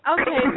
okay